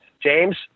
James